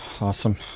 awesome